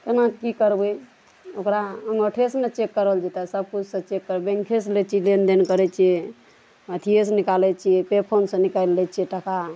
केना की करबै ओकरा अंगठे सऽ ने चेक कयल जेतै सबकिछु सऽ चेक करबै बैंखे से लै छियै लेनदेन करै छियै अथिये सऽ निकालै छियै पे फोन सऽ निकाइल लै छियै टका